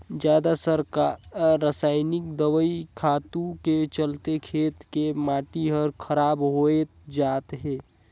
जादा रसायनिक दवई खातू के चलते खेत के माटी हर खराब होवत जात हे